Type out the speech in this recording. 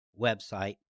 website